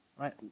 right